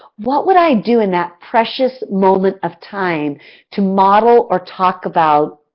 what would i do in that precious moment of time to model, or talk about,